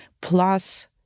plus